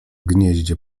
gnieździe